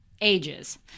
ages